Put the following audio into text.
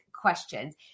questions